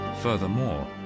Furthermore